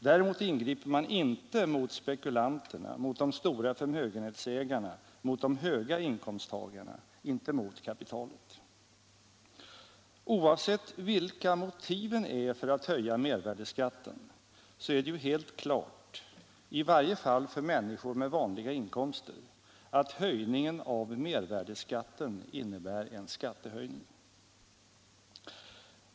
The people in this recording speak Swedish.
Däremot ingriper man inte mot spekulanterna, mot de stora förmögenhetsägarna, mot de höga inkomsttagarna, inte mot kapitalet. Oavsett vilka motiven är för att höja mervärdeskatten så är det ju helt klart — i varje fall för människor med vanliga inkomster — att höjningen av mervärdeskatten innebär en skattehöjning.